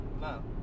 No